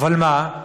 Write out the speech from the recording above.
אבל מה,